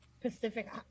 Pacific